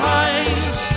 eyes